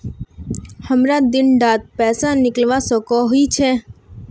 हमरा दिन डात पैसा निकलवा सकोही छै?